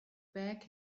back